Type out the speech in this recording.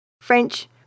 French